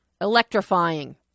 Electrifying